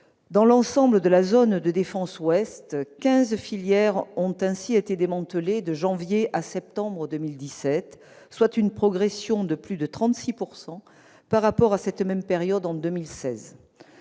Dans l'ensemble de la zone de défense « ouest », quinze filières ont ainsi été démantelées de janvier à septembre 2017, soit une progression de plus de 36 % par rapport à la même période en 2016.